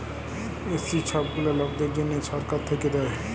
SC ছব গুলা লকদের জ্যনহে ছরকার থ্যাইকে দেয়